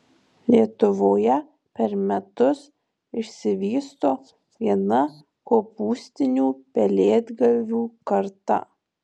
lietuvoje per metus išsivysto viena kopūstinių pelėdgalvių karta